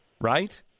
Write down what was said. right